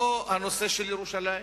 לא הנושא של ירושלים,